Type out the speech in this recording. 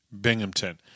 Binghamton